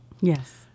Yes